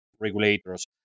regulators